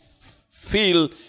feel